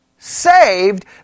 saved